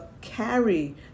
carry